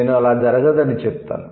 నేను 'అలా జరగదు' అని చెప్తాను